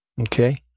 Okay